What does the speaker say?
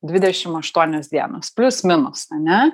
dvidešim aštuonios dienos plius minus ane